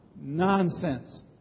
nonsense